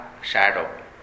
Shadow